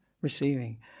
receiving